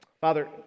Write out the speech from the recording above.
Father